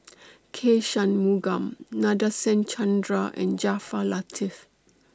K Shanmugam Nadasen Chandra and Jaafar Latiff